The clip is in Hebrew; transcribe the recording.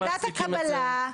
בסדר, מצוין.